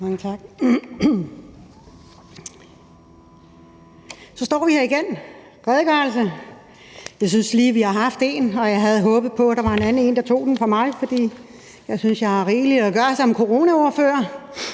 Mange tak. Så står vi her igen med en redegørelse. Jeg synes lige, at vi har haft en, og jeg havde håbet på, at der var en anden en, der tog den for mig, for jeg synes, jeg har rigeligt at gøre som coronaordfører.